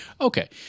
Okay